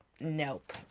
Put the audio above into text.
Nope